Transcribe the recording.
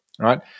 Right